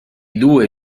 due